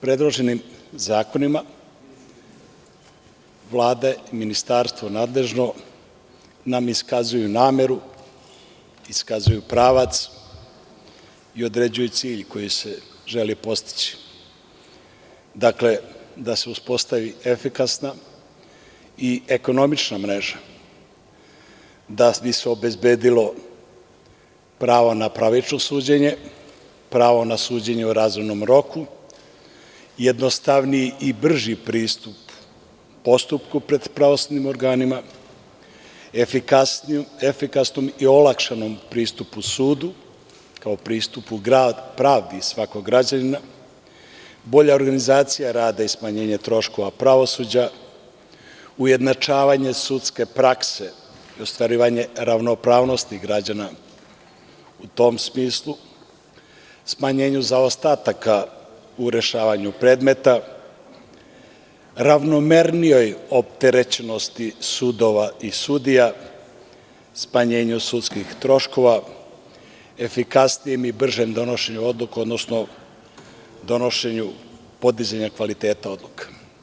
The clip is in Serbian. Predloženim zakonima Vlada i nadležno ministarstvo nam iskazuju nameru, iskazuju nam pravac i određuju cilj koji se želi postići, da se uspostavi efikasna i ekonomična mreža da bi se obezbedilo pravo na pravično suđenje, pravo na suđenje u razumnom roku, jednostavniji i brži pristup postupku pred pravosudnim organima, efikasnom i olakšanom pristupu sudu kao pristupu pravdi svakog građanina, bolja organizacija rada i smanjenje troškova pravosuđa, ujednačavanje sudske prakse i ostvarivanje ravnopravnosti građana u tom smislu, smanjenju zaostataka u rešavanju predmeta, ravnomernijoj opterećenosti sudova i sudija, smanjenju sudskih troškova, efikasnijem i bržem donošenju odluke, odnosno podizanja kvaliteta odluka.